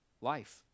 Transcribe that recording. life